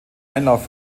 einlauf